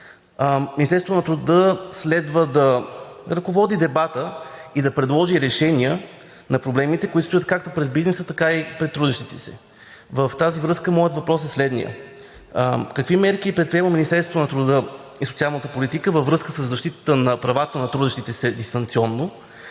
Министерството на труда следва да ръководи дебата и да предложи решения на проблемите, които стоят както пред бизнеса, така и пред трудещите се. В тази връзка моят въпрос е следният: какви мерки предприема Министерството на труда и социалната политика във връзка със защитата на правата на трудещите се дистанционно;